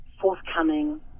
forthcoming